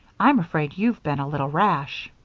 i'm afraid you've been a little rash.